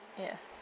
ya